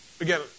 again